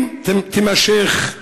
אם תימשך,